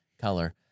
color